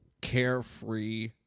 carefree